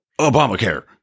Obamacare